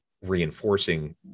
reinforcing